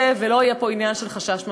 ולא יהיה פה עניין של חשש ממזרות.